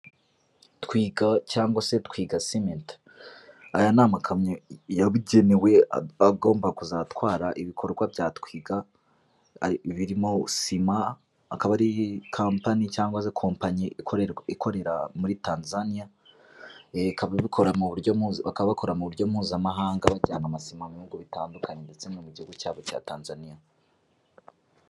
Twiga cyangwa se twiga simenti aya n'amakamyo yabugenewe aba agomba kuzatwara ibikorwa bya twiga, birimo cement akaba ari campany cyangwa se kompanyi i ikorera muri tanzania, bakaba bakora mu mu buryo mpuzamahanga bajyana ama simenti, mu bihugu bitandukanye ndetse no mu gihugu cyabo cya Tanzania.